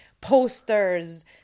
Posters